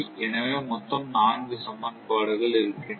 எனவே மொத்தம் நான்கு சமன்பாடுகள் இருக்கின்றன